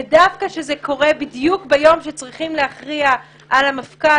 ודווקא זה קורה בדיוק ביום שצריכים להכריע על המפכ"ל